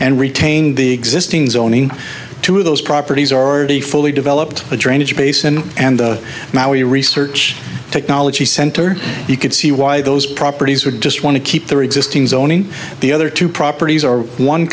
and retain the existing zoning to those properties already fully developed a drainage basin and now your research technology center you can see why those properties would just want to keep their existing zoning the other two properties or one